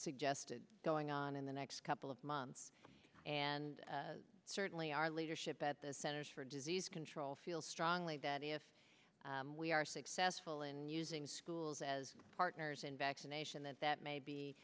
suggested going on in the next couple of months and certainly our leadership at the centers for disease control feels strongly that if we are successful in using schools as partners in vaccination then that may be